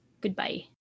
goodbye